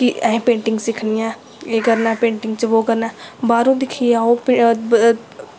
कि अहें पेंटिंग सिक्खनी ऐ एह् करना ऐ पेंटिंग च बो करना ऐ बाह्रों दिक्खियै अऊं